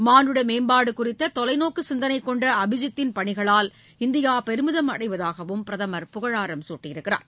மானுட மேம்பாடு குறித்த தொலைநோக்கு சிந்தனை கொண்ட அபிஜித்தின் பணிகளால் இந்தியா பெருமிதம் அடைவதாகவும் பிரதமர் புகழாரம் சூட்டியுள்ளார்